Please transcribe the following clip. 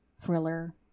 thriller